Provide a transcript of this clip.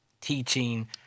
teaching